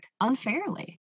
unfairly